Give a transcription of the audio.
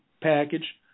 package